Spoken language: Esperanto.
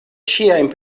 ŝiajn